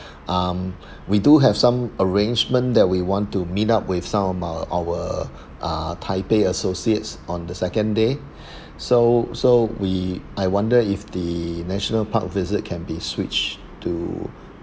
um we do have some arrangement that we want to meet up with some uh our uh taipei associates on the second day so so we I wonder if the national park visit can be switched to